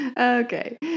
okay